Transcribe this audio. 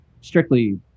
strictly